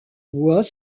bois